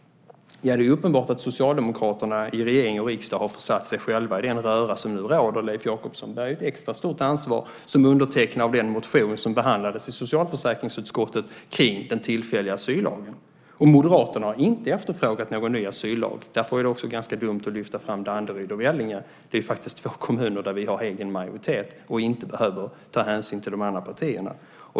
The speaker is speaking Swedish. Det är uppenbart att socialdemokraterna i regering och riksdag har försatt sig själva i den röra som nu råder. Leif Jakobsson bär ju ett extra stort ansvar som undertecknare av den motion som behandlades i socialförsäkringsutskottet kring den tillfälliga asyllagen. Moderaterna har inte efterfrågat någon ny asyllag. Därför var det ganska dumt att lyfta fram Danderyd och Vellinge. Det är två kommuner där vi har egen majoritet och inte behöver ta hänsyn till de andra partierna.